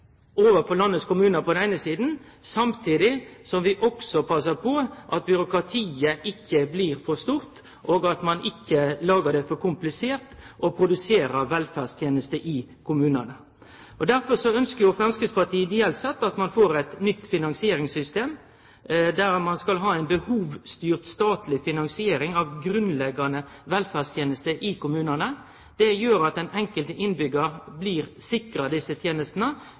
overfor landets kommunar på den eine sida, samtidig som vi passar på at byråkratiet ikkje blir for stort, og at ein ikkje gjer det for komplisert å produsere velferdstenester i kommunane. Derfor ønskjer Framstegspartiet ideelt sett at ein får eit nytt finansieringssystem der ein skal ha ei behovsstyrt statleg finansiering av grunnleggjande velferdstenester i kommunane. Det gjer at den enkelte innbyggjar blir sikra